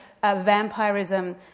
vampirism